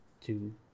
two